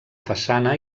façana